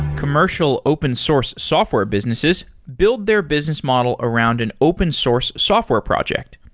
commercial open source software businesses build their business model around an open source software project.